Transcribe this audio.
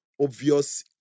Obvious